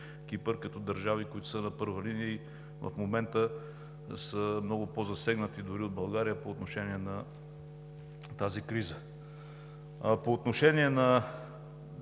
Кипър като държави, които са на първа линия и в момента са много по-засегнати дори от България по отношение на кризата. По отношение на